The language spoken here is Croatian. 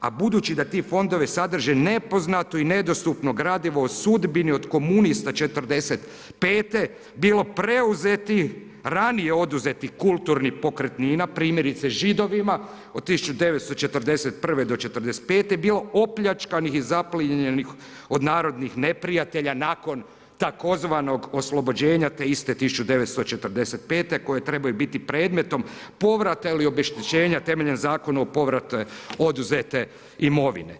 a budući da ti fondovi sadrže nepoznato i nedostupno gradivo o sudbini od komunista '45. bilo preuzeti ranije oduzetih kulturnih pokretnina, primjerice Židovima od 1941-1945., bilo opljačkanih i zaplijenjenih od narodnih neprijatelja nakon tzv. oslobođenja te iste 1945. godine koje trebaju biti predmetom povrata ili obeštećenja temeljem Zakona o povratu oduzete imovine.